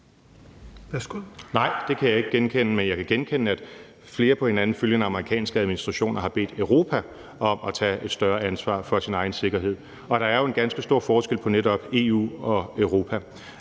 Nej, det kan jeg ikke genkende, men jeg kan genkende, at flere på hinanden følgende amerikanske administrationer har bedt Europa om at tage et større ansvar for sin egen sikkerhed. Og der er jo en ganske stor forskel på netop EU og Europa.